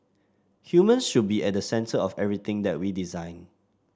humans should be at the centre of everything that we design